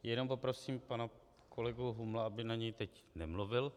Jenom poprosím pana kolegu Humla, aby na něj teď nemluvil.